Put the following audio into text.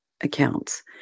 accounts